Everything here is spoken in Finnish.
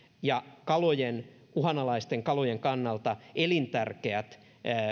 ja uhanalaisten kalojen kannalta elintärkeät